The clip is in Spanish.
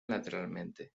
lateralmente